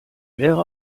wäre